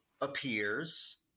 appears